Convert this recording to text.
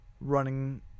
running